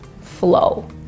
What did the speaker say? flow